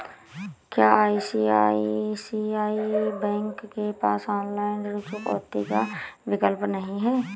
क्या ICICI bank के पास ऑनलाइन ऋण चुकौती का विकल्प नहीं है?